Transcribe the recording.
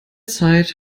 zeit